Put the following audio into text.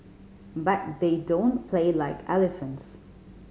but they don't play like elephants